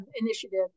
initiative